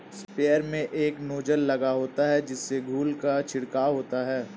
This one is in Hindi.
स्प्रेयर में एक नोजल लगा होता है जिससे धूल का छिड़काव होता है